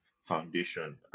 Foundation